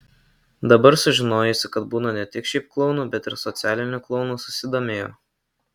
dabar sužinojusi kad būna ne tik šiaip klounų bet ir socialinių klounų susidomėjau